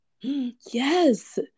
Yes